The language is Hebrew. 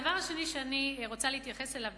הדבר השני שאני רוצה להתייחס אליו,